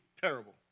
terrible